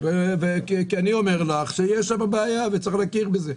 אני אומר לך שיש לנו בעיה וצריך להכיר בזה.